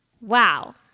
Wow